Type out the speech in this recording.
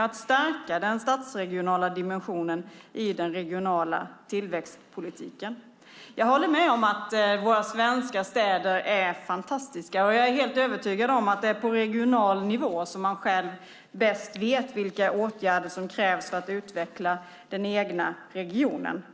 Det handlar om att stärka den stadsregionala dimensionen i den regionala tillväxtpolitiken. Jag håller med om att våra svenska städer är fantastiska, och jag är helt övertygad om att det är på regional nivå som man själv bäst vet vilka åtgärder som krävs för att utveckla den egna regionen.